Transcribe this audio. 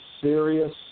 serious